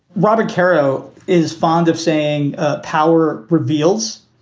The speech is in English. robert caro is fond of saying ah power reveals.